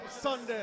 Sunday